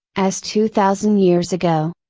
as two thousand years ago.